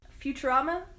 Futurama